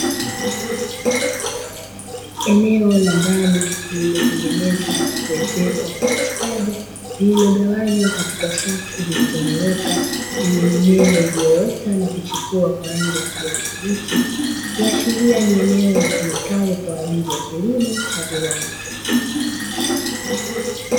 Eneo la ndani lililotengenezwa na kuezekwa kwa ustadi lililogawanywa kwatika safu zilizonyooka, lenye mimea iliyoota na kuchipua kwa rangi ya kijani kibichi kuashiria ni eneo litumikalo kwaajili ya kilimo cha viwanda.